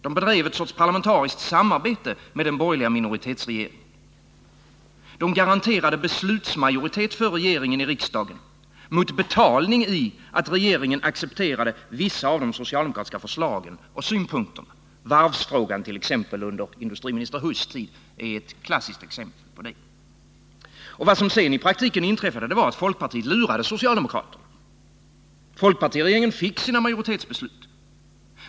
De bedrev ett slags parlamentariskt samarbete med den borgerliga minoritetsregeringen. De garanterade beslutsmajoritet för regeringen i riksdagen mot betalning i att regeringen accepterade vissa av de socialdemokratiska förslagen och synpunkterna. Varvsfrågan under industriminister Huss tid är ett klassiskt exempel på det. Vad som sedan i praktiken inträffade var att folkpartiet lurade socialdemokraterna. Folkpartiregeringen fick sina majoritetsbeslut.